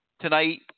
tonight